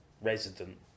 resident